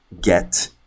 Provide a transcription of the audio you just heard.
get